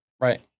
right